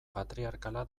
patriarkala